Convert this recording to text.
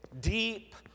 deep